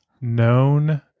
known